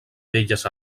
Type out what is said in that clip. belles